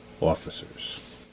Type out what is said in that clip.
officers